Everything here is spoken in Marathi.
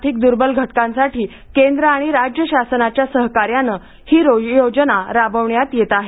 आर्थिक द्र्बल घटकांसाठी केंद्र आणि राज्य शासनाच्या सहकार्याने ही योजना राबवण्यात येत आहे